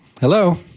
Hello